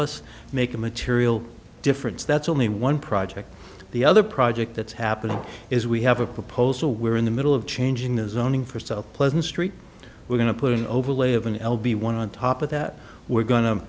us make a material difference that's only one project the other project that's happening is we have a proposal we're in the middle of changing the zoning for south pleasant street we're going to put an overlay of an l b one on top of that we're going to